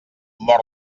mor